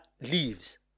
leaves